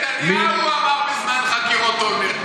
תבדוק מה בנימין נתניהו אמר בזמן חקירות אולמרט.